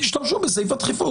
תשתמשו בסעיף הדחיפות.